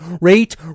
rate